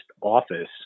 office